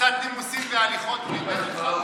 קצת נימוסים והליכות הוא לימד אותך,